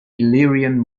illyrian